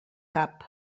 cap